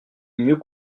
mieux